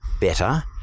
better